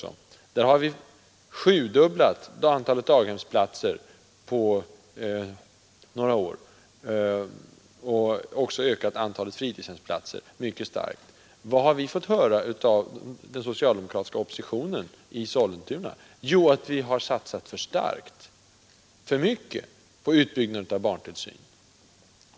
På fem år har vi sjudubblat antalet daghemsplatser och också mycket starkt ökat antalet fritidshemsplatser. Vad säger den socialdemokratiska oppositionen i Sollentuna? Jo, att vi har satsat för starkt på utbyggnaden av barntillsynen.